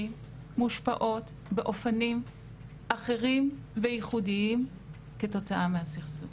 מושפעות באופנים אחרים וייחודיים כתוצאה מהסכסוך.